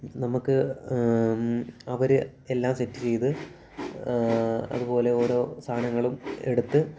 നമുക്ക് അവർ എല്ലാം സെറ്റ് ചെയ്ത് അതുപോലെ ഓരോ സാധനങ്ങളും എടുത്ത്